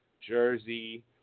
Jersey